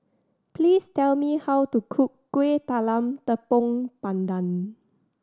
please tell me how to cook Kueh Talam Tepong Pandan